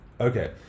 okay